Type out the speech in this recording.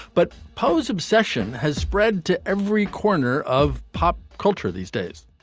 but poe's obsession has spread to every corner of pop culture these days.